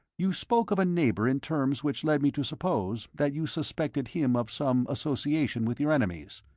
you spoke of a neighbour in terms which led me to suppose that you suspected him of some association with your enemies.